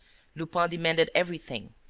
lupin demanded everything,